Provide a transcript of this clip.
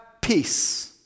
peace